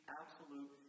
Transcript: absolute